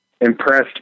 impressed